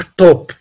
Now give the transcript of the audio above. top